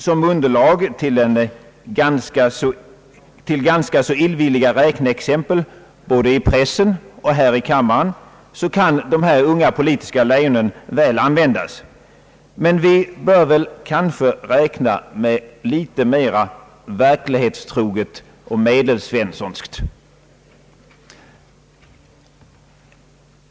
Som underlag till ganska illvilliga räkneexempel både i pressen och här i kammaren kan de här unga politiska lejonen väl användas, men vi bör kanske räkna mera verklighetstroget och medelsvenssonskt.